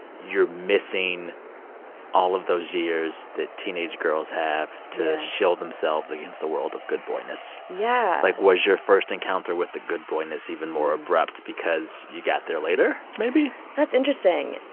you're missing all of those years that teenage girls have. yeah. to shield themselves against the world of good boy-ness yeah like, was your first encounter with the good boy-ness even more abrupt because you got there later, maybe? that's interesting.